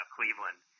Cleveland